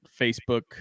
facebook